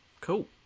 Cool